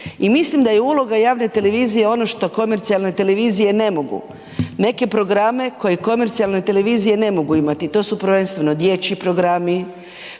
I mislim da je uloga javne televizije ono što komercijalne televizije ne mogu. Neke programe koje komercijalne televizije ne mogu imati to su prvenstveno dječji programi,